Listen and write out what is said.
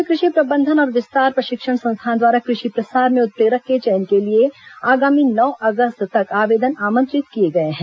राज्य कृषि प्रबंधन और विस्तार प्रशिक्षण संस्थान द्वारा कृषि प्रसार में उत्प्रेरक के चयन के लिए आगामी नौ अगस्त तक आवेदन आमंत्रित किए गए हैं